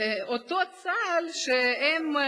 אותו צה"ל שהם,